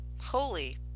holy